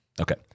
Okay